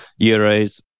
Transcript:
euros